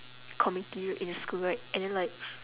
committee r~ in school right and then like